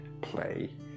play